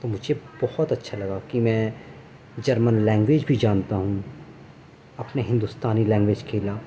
تو مجھے بہت اچھا لگا کہ میں جرمن لینگویج بھی جانتا ہوں اپنے ہندوستانی لینگویج کے علاوہ